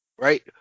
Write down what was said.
right